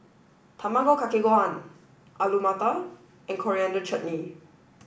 Tamago Kake Gohan Alu Matar and Coriander Chutney